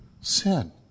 sin